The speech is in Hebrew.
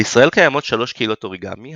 בישראל קיימות שלוש קהילות אוריגמי,